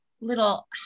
little